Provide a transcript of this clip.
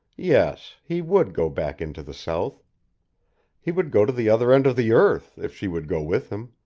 yes, he would go back into the south he would go to the other end of the earth, if she would go with him.